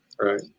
Right